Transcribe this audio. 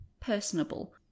personable